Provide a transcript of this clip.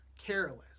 careless